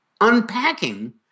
unpacking